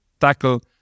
tackle